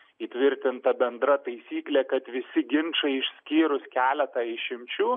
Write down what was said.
įtvirtinta bendra taisyklė kad visi ginčai išskyrus keletą išimčių